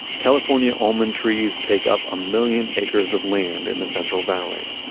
california almond trees take up a million acres of land in the central valley.